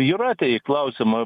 jūratei klausimą